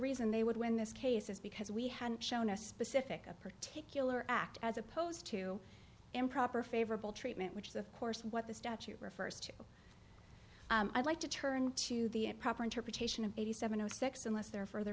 reason they would win this case is because we had shown a specific a particular act as opposed to improper favorable treatment which is of course what the statute refers to i'd like to turn to the proper interpretation of eighty seven zero six unless there are further